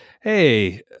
hey